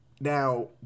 Now